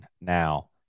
Now